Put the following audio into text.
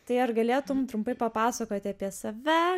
tai ar galėtum trumpai papasakoti apie save